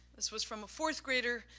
this was from a fourth grader,